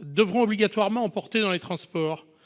devront obligatoirement en porter dans les transports